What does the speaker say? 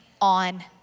on